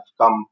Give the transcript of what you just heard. come